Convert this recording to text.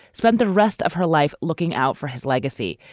spend the rest of her life looking out for his legacy,